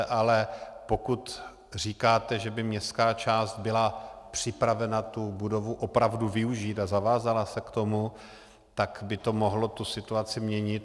Ale pokud říkáte, že by městská část byla připravena tu budovu opravdu využít a zavázala se k tomu, tak by to mohlo tu situaci měnit.